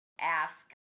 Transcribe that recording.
ask